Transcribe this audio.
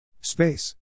Space